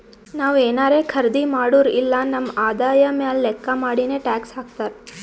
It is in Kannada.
ನಾವ್ ಏನಾರೇ ಖರ್ದಿ ಮಾಡುರ್ ಇಲ್ಲ ನಮ್ ಆದಾಯ ಮ್ಯಾಲ ಲೆಕ್ಕಾ ಮಾಡಿನೆ ಟ್ಯಾಕ್ಸ್ ಹಾಕ್ತಾರ್